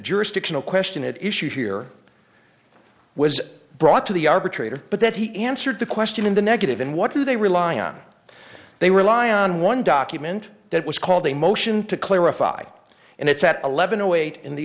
jurisdictional question at issue here was brought to the arbitrator but that he answered the question in the negative and what do they rely on they rely on one document that was called a motion to clarify and it's at eleven o eight in the